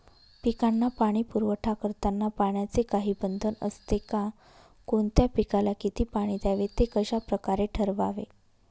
पिकांना पाणी पुरवठा करताना पाण्याचे काही बंधन असते का? कोणत्या पिकाला किती पाणी द्यावे ते कशाप्रकारे ठरवावे?